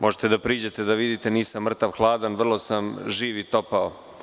Možete da priđete i da vidite da nisam mrtav hladan, vrlo sam živ i topao.